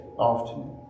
afternoon